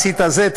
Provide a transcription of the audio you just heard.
עשית זה,